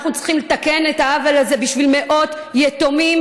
אנחנו צריכים לתקן את העוול הזה בשביל מאות יתומים